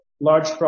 large